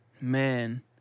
man